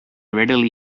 readily